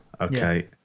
okay